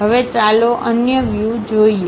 હવે ચાલો અન્ય વ્યૂો જોઈએ